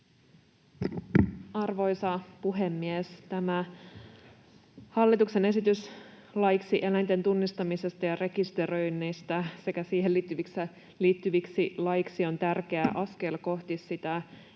Arvoisa puhemies! Tämä hallituksen esitys laiksi eläinten tunnistamisesta ja rekisteröinnistä sekä siihen liittyviksi laeiksi on tärkeä askel kohti sitä lemmikkieläinten